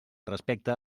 respecta